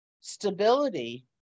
stability